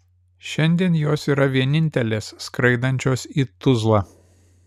šiandien jos yra vienintelės skraidinančios į tuzlą